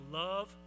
love